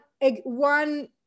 one